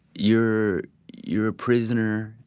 you're you're a prisoner.